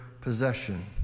possession